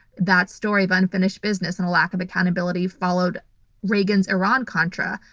that story of unfinished business and a lack of accountability followed reagan's iran-contra.